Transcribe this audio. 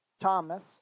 Thomas